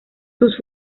sus